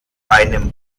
einem